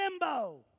limbo